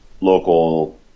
local